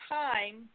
time